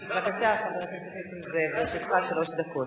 בבקשה, חבר הכנסת נסים זאב, לרשותך שלוש דקות.